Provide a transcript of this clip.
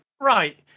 Right